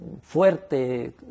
fuerte